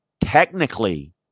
technically